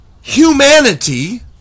Humanity